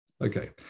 Okay